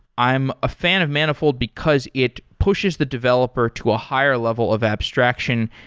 i'm a fan of manifold because it pushes the developer to a higher level of abstraction,